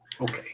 okay